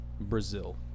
Brazil